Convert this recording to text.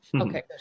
Okay